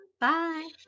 Bye